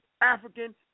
African